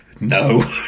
No